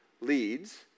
leads